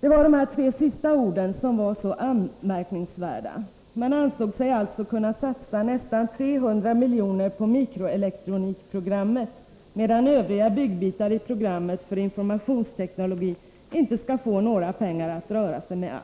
Det är de tre sista orden som är så anmärkningsvärda. Regeringen anser sig alltså kunna satsa nästan 300 miljoner på mikroelektronikprogrammet, medan man för övriga byggbitar i programmet för informationsteknologin inte skall få några pengar alls att röra sig med.